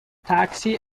taxi